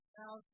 now